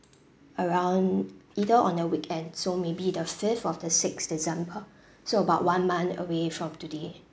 around either on a weekend so maybe the fifth or the sixth december so about one month away from today